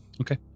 Okay